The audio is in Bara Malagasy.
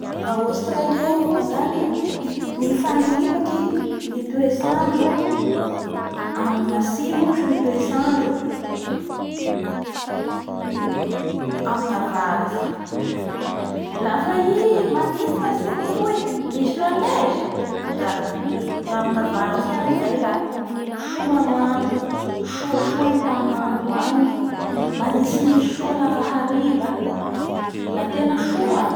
Gna Australie ao koa zany nifanipaky ny toetrandro amin'ny atsimo sy ny toetrandro amin'ny avaratsy. Lafa i manitsy ny atsimo atoy misy la neige la amin'ny avaratsy agny zay la soa ngandro, soasoa ny taninandro agny manitsinitsy soa lafa hariva la tena soa.